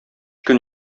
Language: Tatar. көн